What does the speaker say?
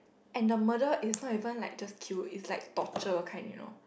and the murder is not even like just kill is like torture kind you know